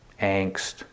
angst